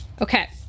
Okay